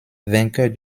vainqueur